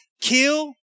kill